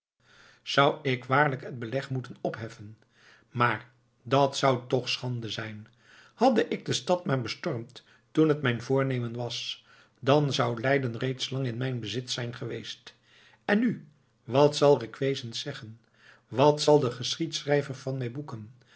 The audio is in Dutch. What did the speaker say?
zou ik waarlijk het beleg moeten opheffen maar dat zou toch schande zijn hadde ik de stad maar bestormd toen het mijn voornemen was dan zou leiden reeds lang in mijn bezit zijn geweest en nu wat zal requesens zeggen wat zal de geschiedschrijver van mij boeken